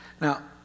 Now